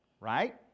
right